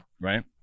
Right